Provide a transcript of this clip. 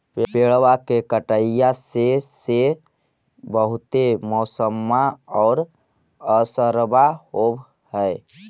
पेड़बा के कटईया से से बहुते मौसमा पर असरबा हो है?